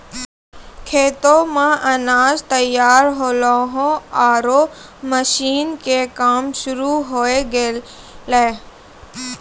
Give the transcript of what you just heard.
खेतो मॅ अनाज तैयार होल्हों आरो मशीन के काम शुरू होय गेलै